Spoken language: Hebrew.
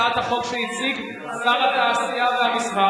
זה לא היה לעניין הצעת החוק שהציג שר התעשייה והמסחר.